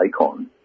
icon